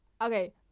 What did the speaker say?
okay